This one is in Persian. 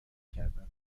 کردن